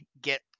get